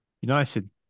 United